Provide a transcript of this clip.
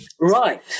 Right